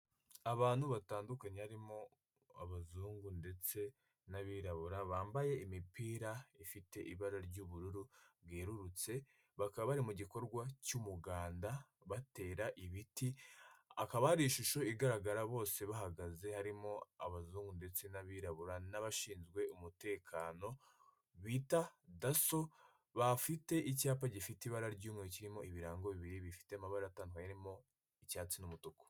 Abantu batandukanye barimo abazungu ndetse n'abirabura bambaye imipira ifite ibara ry'ubururu bwerurutse, bakaba bari mu gikorwa cy'umuganda batera ibiti, akaba hari ishusho igaragara bose bahagaze harimo abazungu ndetse n'abirabura n'abashinzwe umutekano, bita daso bafite icyapa gifite ibara ry'umweru kirimo ibirango bibiri bifite amabara atandukanye harimo icyatsi n'umutuku.